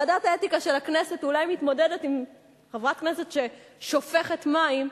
ועדת האתיקה של הכנסת אולי מתמודדת עם חברת כנסת ששופכת מים.